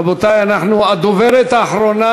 רבותי, הדוברת האחרונה